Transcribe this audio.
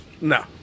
No